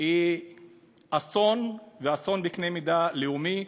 היא אסון, ואסון בקנה מידה לאומי.